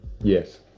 Yes